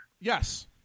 Yes